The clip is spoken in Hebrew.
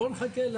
הערות על